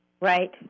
Right